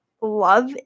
love –